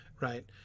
right